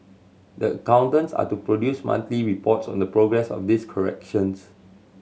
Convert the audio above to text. the accountants are to produce monthly reports on the progress of these corrections